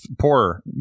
poorer